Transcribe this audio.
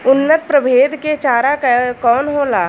उन्नत प्रभेद के चारा कौन होला?